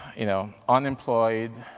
you know, unemployed.